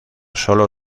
solo